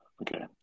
Okay